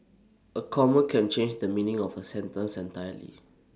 A comma can change the meaning of A sentence entirely